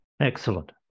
excellent